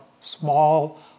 small